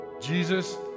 Jesus